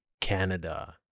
Canada